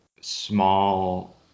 small